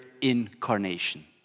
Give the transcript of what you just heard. incarnation